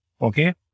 okay